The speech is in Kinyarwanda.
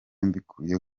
mbikuye